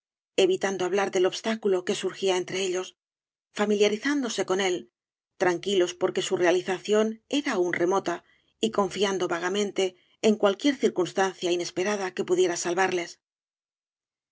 evitando hablar del obstáculo que surgía entre ellos familiarizándose con él tranquilos porque su rea lización era aún remota y confiando vagamente en cualquier circunstancia inesperada que pudiera salvarles